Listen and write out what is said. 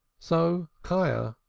so chayah,